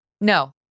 No